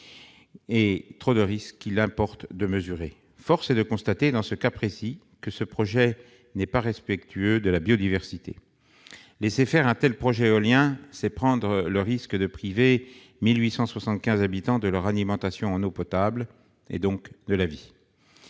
trop de risques, qu'il importe de mesurer. Force est de constater, dans ce cas précis, que le projet n'est pas respectueux de la biodiversité. Laisser faire un tel projet, ce serait prendre le risque de priver 1 875 habitants de leur alimentation en eau potable, donc de la vie.